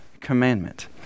commandment